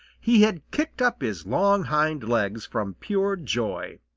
he had kicked up his long hind legs from pure joy.